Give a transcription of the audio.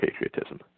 patriotism